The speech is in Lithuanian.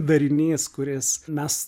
darinys kuris mes